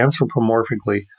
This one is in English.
anthropomorphically